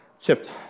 Chipped